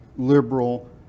liberal